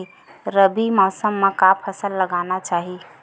रबी मौसम म का फसल लगाना चहिए?